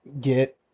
get